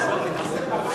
ההצעה